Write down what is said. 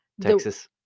Texas